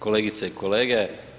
Kolegice i kolege.